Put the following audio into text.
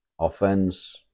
offense